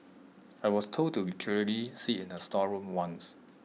I was told to sit in A storeroom once